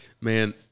Man